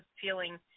feeling